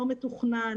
לא מתוכנן,